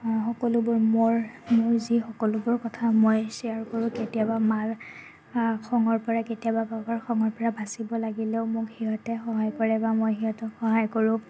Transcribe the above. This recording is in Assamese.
অঁ সকলোবোৰ মোৰ মোৰ যি সকলোবোৰ কথা মই শ্বেয়াৰ কৰোঁ কেতিয়াবা মাৰ খঙৰ পৰা কেতিয়াবা পাপাৰ খঙৰ পৰা বাচিব লাগিলেও মোক সিহঁতে সহায় কৰে বা মই সিহঁতক সহায় কৰোঁ